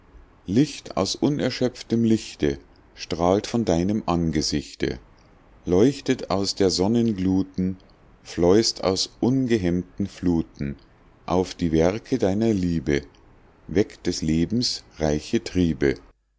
licht aus unerschöpftem lichte strahlt von deinem angesichte leuchtet aus der sonnen gluten fleußt aus ungehemmten fluten auf die werke deiner liebe weckt des lebens reiche triebe